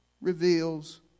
reveals